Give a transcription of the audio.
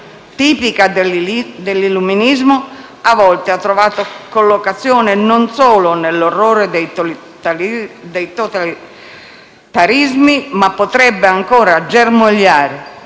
tipica dell'illuminismo, a volte ha trovato collocazione non solo nell'orrore dei totalitarismi, ma potrebbe ancora germogliare